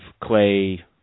Clay